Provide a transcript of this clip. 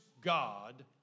God